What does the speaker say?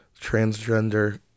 transgender